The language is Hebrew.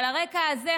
על הרקע הזה,